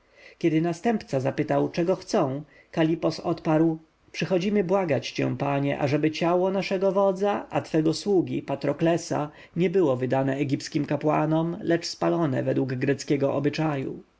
kiedy następca zapytał czego chcą kalipos odparł przychodzimy błagać cię panie ażeby ciało naszego wodza a twego sługi patroklesa nie było wydane egipskim kapłanom lecz spalone według greckiego obyczaju